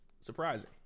Surprising